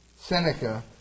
Seneca